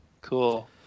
Cool